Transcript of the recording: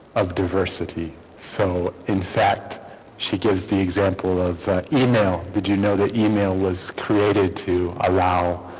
of diversity so in fact she gives the example of email did you know that email was created to allow